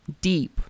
deep